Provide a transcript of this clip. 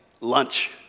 lunch